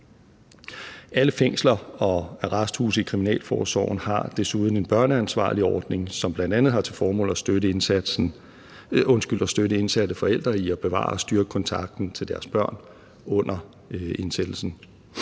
Alle fængsler og arresthuse i kriminalforsorgen har desuden en ordning med børneansvarlige, som bl.a. har til formål at støtte indsatte forældre i at bevare og styrke kontakten til deres børn under indsættelsen.